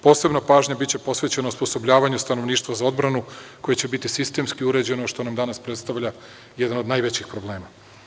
Posebna pažnja biće posvećena osposobljavanju stanovništva za odbranu koje će biti sistemski uređeno, što nam danas predstavlja jedan od najvećih problema.